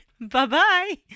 Bye-bye